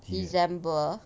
december